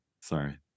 sorry